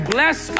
Bless